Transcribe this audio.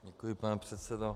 Děkuji, pane předsedo.